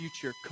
future